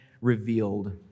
revealed